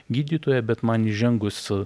gydytoją bet man įžengus